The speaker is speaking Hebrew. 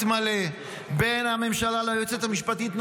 התמלא בין הממשלה ליועצת המשפטית.